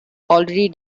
already